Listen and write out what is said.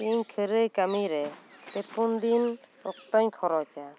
ᱤᱧ ᱠᱷᱟᱹᱨᱟᱹᱭ ᱠᱟᱹᱢᱤ ᱨᱮ ᱯᱮ ᱯᱩᱱ ᱫᱤᱱ ᱚᱠᱛᱚᱹᱧ ᱠᱷᱚᱨᱚᱪᱟ